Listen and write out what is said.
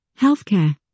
healthcare